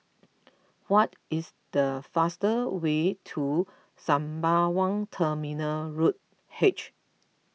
what is the fastest way to Sembawang Terminal Road H